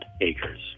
acres